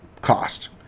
cost